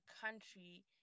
country